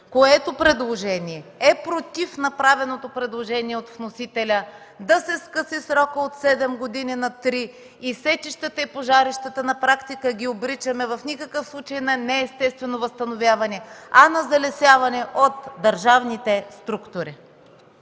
което предложение е против направеното от вносителя – да се скъси срокът от седем години на три години, и сечищата и пожарищата на практика ги обричаме в никакъв случай на неестествено възстановяване, а на залесяване от държавните структури.